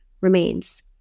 remains